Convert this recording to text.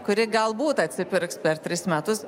kuri galbūt atsipirks per tris metus